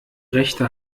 rechte